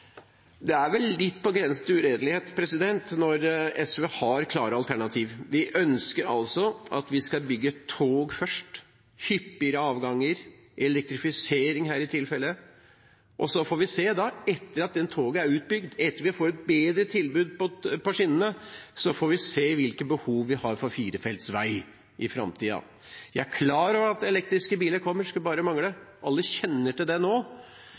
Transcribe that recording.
Det er vel litt på grensen til uredelighet når SV har klare alternativer. Vi ønsker altså at vi skal bygge for tog først, med hyppigere avganger, elektrifisering i dette tilfellet. Og så får vi se, etter at det er bygd ut for tog, etter at vi har fått et bedre tilbud på skinnene, hvilket behov vi har for firefelts vei i framtiden. Jeg er klar over at elektriske biler kommer. Det skulle bare mangle. Alle kjenner til det nå.